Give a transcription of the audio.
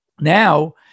now